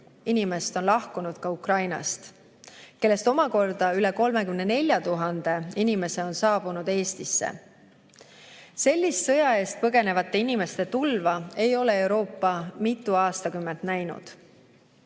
inimest on lahkunud ka Ukrainast ja neist omakorda üle 34 000 inimese on saabunud Eestisse. Sellist sõja eest põgenevate inimeste tulva ei ole Euroopa mitu aastakümmet näinud.